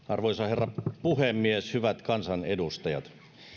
arvoisa herra puhemies hyvät kansanedustajat